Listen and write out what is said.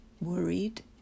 worried